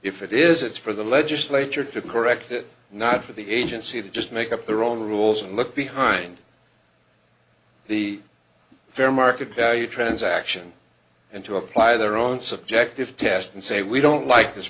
if it is it's for the legislature to correct it not for the agency to just make up their own rules and look behind the fair market value transaction and to apply their own subjective test and say we don't like this